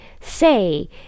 say